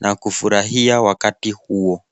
na kufurahia wakati huo.